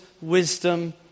wisdom